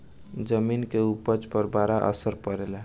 जमीन के उपज पर बड़ा असर पड़ेला